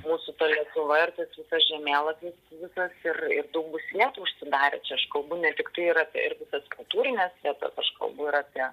mūsų ta lietuva ir tas visas žemėlapis visas ir ir daug bus net užsidarę čia aš kalbu ne tiktai ir apie ir visas kultūrines vietas aš kalbu ir apie